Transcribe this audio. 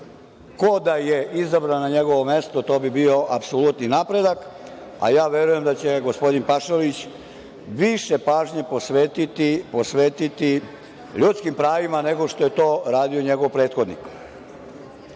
ko da je izabran na njegovo mesto, to bi bio apsolutni napredak, a ja verujem da će gospodin Pašalić više pažnje posvetiti ljudskim pravima, nego što je to uradio njegov prethodnik. Što